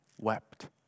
wept